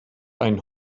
einen